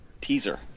teaser